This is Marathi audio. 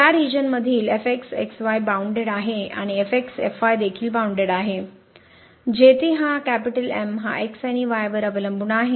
तर त्या रीजनमधील बाउनडेड आहे आणि देखील बाउनडेड आहे जेथे हा हा x आणि y वर अवलांबून आहे